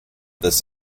this